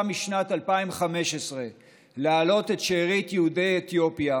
משנת 2015 להעלות את שארית יהודי אתיופיה,